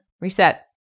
Reset